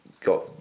got